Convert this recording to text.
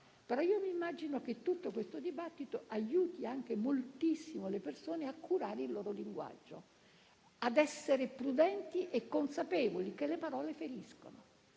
però immagino che questo dibattito aiuti anche moltissimo le persone a curare il loro linguaggio, ad essere prudenti e consapevoli che le parole feriscono